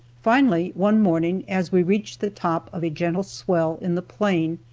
finally one morning as we reached the top of a gentle swell in the plain,